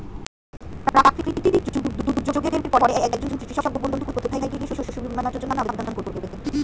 প্রাকৃতিক দুর্যোগের পরে একজন কৃষক বন্ধু কোথায় গিয়ে শস্য বীমার জন্য আবেদন করবে?